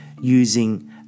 using